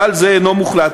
כלל זה אינו מוחלט,